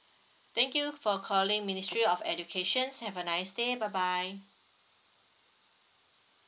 thank you for calling ministry of educations have a nice day bye bye